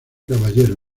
caballero